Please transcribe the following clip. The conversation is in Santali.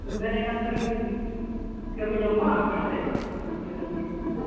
ᱢᱮᱱᱮᱫ ᱠᱟᱱ ᱛᱟᱦᱮᱱᱟᱹᱧ ᱠᱟᱹᱢᱤ ᱧᱟᱢᱚᱜᱼᱟ ᱟᱯᱮᱴᱷᱮᱱ ᱜᱮᱨᱚᱥᱛᱤ ᱠᱟᱹᱢᱤ ᱠᱚ